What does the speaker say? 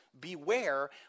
Beware